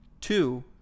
Two